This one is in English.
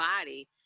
body